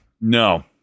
No